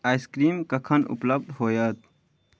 ice cream कखन उपलब्ध होयत